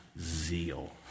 zeal